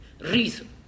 reason